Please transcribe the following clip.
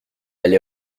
elle